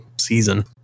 season